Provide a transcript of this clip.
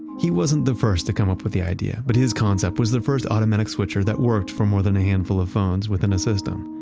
he wasn't the first to come up with the idea but his concept was the first automatic switcher that worked for more than a handful of phones within the system.